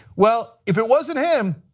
well, if it wasn't him,